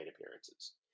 appearances